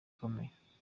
ikomeye